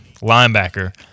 linebacker